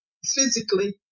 physically